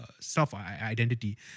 self-identity